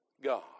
God